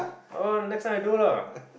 ah the next time I do ah